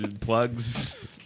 plugs